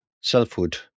selfhood